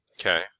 Okay